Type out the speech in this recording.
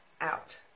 out